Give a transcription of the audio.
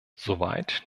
soweit